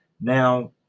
Now